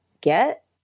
get